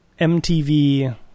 MTV